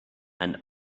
and